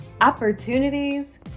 opportunities